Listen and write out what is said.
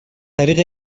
طریق